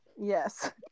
Yes